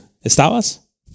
estabas